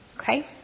Okay